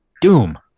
Doom